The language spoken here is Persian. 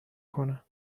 کنه